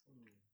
hmm